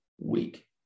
weak